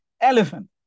elephant